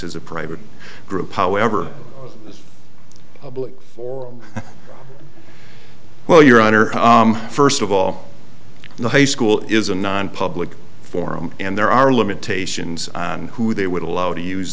as a private group however public well your honor first of all the high school is a non public forum and there are limitations on who they would allow to use